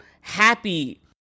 happy